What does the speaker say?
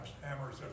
hammers